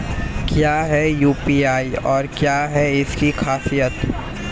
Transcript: क्या है यू.पी.आई और क्या है इसकी खासियत?